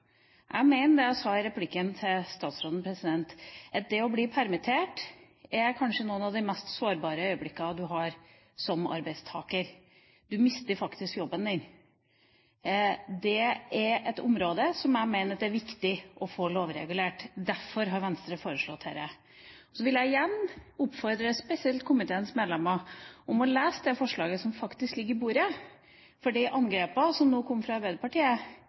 Jeg mener det jeg sa i replikken til statsråden, at det å bli permittert kanskje er et av de mest sårbare øyeblikkene du har som arbeidstaker. Du mister faktisk jobben din. Det er et område som jeg mener det er viktig å få lovregulert. Derfor har Venstre foreslått dette. Jeg vil igjen oppfordre spesielt komiteens medlemmer til å lese det forslaget som faktisk ligger på bordet, for de angrepene som nå kommer fra Arbeiderpartiet,